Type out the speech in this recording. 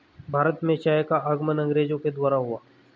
भारत में चाय का आगमन अंग्रेजो के द्वारा हुआ